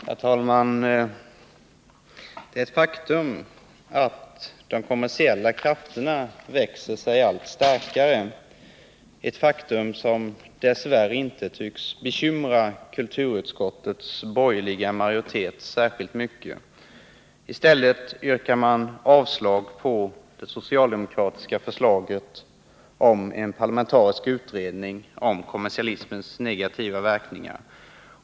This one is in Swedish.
Herr talman! Ett faktum är att de kommersiella krafterna växer sig allt starkare, ett faktum som dess värre inte tycks bekymra kulturutskottets borgerliga majoritet särskilt mycket. I stället avstyrker man det socialdemokratiska förslaget om en parlamentarisk utredning av kommersialismens negativa verkningar.